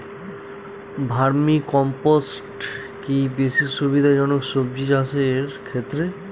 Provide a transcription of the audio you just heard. Vermi compost কি বেশী সুবিধা জনক সবজি চাষের ক্ষেত্রে?